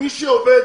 מי שהולך